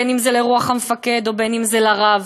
אם לרוח המפקד ואם לרב,